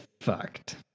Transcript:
fucked